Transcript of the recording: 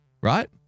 Right